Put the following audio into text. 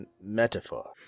metaphor